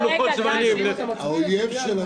כלכלית אתה צודק במאה אחוז.